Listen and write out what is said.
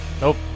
Nope